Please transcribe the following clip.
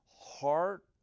heart